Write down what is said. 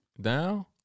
Down